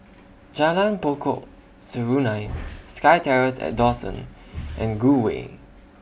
Jalan Pokok Serunai SkyTerrace At Dawson and Gul Way